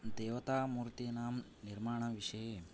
देवता मूर्तिनां निर्माण विषये